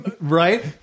Right